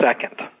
second